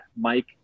Mike